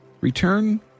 Return